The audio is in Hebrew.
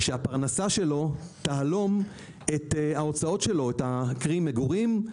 שפרנסתו תהלום את ההוצאות שלו קרי מגורים,